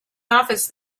office